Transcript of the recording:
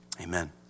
Amen